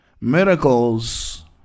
Miracles